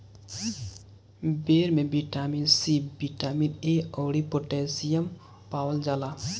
बेर में vitamin C, vitamin A अउरी पोटैशियम पावल जाला